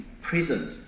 present